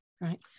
right